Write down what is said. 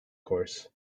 course